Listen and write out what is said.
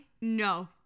No